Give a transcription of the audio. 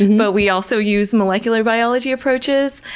and but we also use molecular biology approaches,